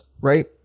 right